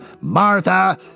Martha